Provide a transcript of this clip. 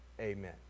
Amen